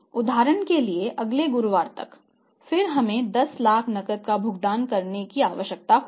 उदाहरण के लिए अगले गुरुवार तक फिर हमें 10 लाख नकद का भुगतान करने की आवश्यकता होगी